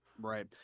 Right